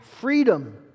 freedom